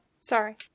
Sorry